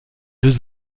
deux